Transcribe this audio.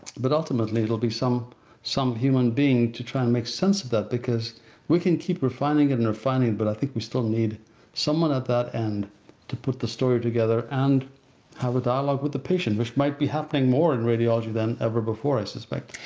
but ultimately it will be some some human being to try and make sense of that because we can keep refining it and refining, but i think we still need someone at that end to put the story together and have a dialogue with the patient, which might be happening more in radiology then ever before, i suspect.